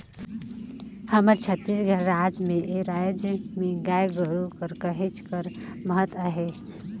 हमर छत्तीसगढ़ राज में ए राएज में गाय गरू कर कहेच कर महत अहे